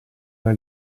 alla